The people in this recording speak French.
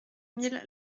mille